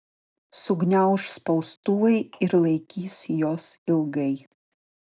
sugniauš spaustuvai ir laikys juos ilgai